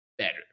Better